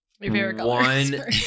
one